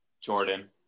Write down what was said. Jordan